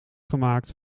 gemaakt